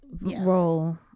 role